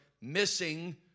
missing